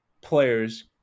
players